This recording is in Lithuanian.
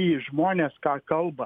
į žmones ką kalba